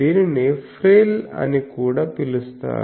దీనిని ఫ్రిల్ అని కూడా పిలుస్తారు